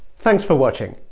thanks for watching!